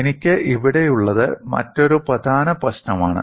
എനിക്ക് ഇവിടെയുള്ളത് മറ്റൊരു പ്രധാന പ്രശ്നമാണ്